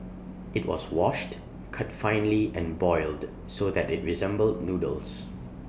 IT was washed cut finely and boiled so that IT resembled noodles